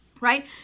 Right